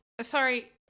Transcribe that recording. Sorry